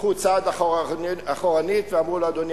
הלכו צעד אחורנית ואמרו לו: אדוני,